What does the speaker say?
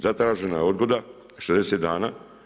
Zagažena je odgoda, 60 dana.